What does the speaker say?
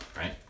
right